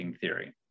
theory